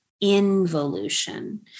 involution